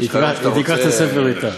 היא תיקח את הספר אתה.